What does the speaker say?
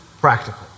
practical